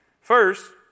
First